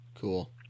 cool